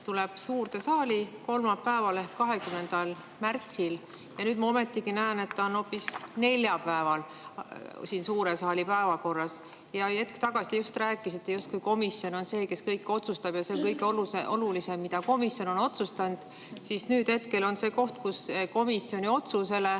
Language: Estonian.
tuleb suurde saali kolmapäeval ehk 20. märtsil. Ja nüüd ma ometigi näen, et see on hoopis neljapäeval siin suure saali päevakorras. Hetk tagasi te just rääkisite, justkui komisjon on see, kes kõike otsustab, ja see on kõige olulisem, mida komisjon on otsustanud. Nüüd aga on see koht, kus komisjoni otsusele